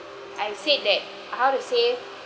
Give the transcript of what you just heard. I said that how to say